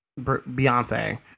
Beyonce